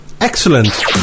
Excellent